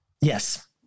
Yes